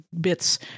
bits